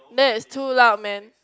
that is too loud man